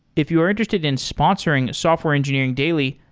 if you are interested in sponsoring software engineering daily,